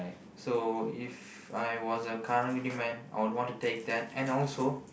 so If I was a karang-guni man I would want to take that and also